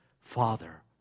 father